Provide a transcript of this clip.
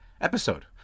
episode